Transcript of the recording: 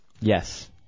Yes